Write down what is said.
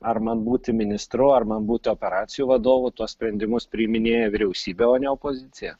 ar man būti ministru ar man būti operacijų vadovu tuos sprendimus priiminėja vyriausybė o ne opozicija